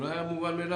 זה לא היה מובן מאליו?